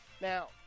Now